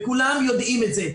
וכולם יודעים את זה.